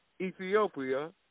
Ethiopia